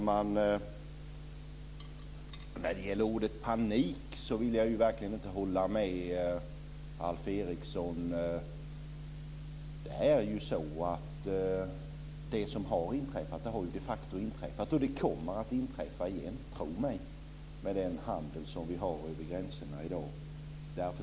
Fru talman! Jag håller inte med Alf Eriksson när det gäller ordet panik. Det som har inträffat har de facto inträffat, och det kommer att inträffa igen, tro mig, med den handel vi har över gränserna i dag.